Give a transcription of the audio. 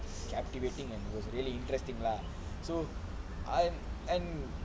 captivating and it was really interesting lah so